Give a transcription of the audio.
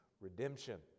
redemption